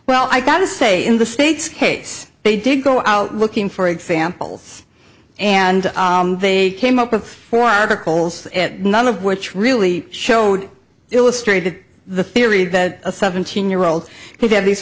well i got to say in the state's case they did go out looking for examples and they came up with four articles none of which really showed illustrated the theory that a seventeen year old could have these